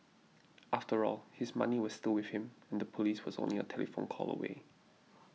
after all his money was still with him and the police was only a telephone call away